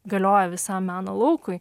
galioja visam meno laukui